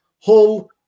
Hull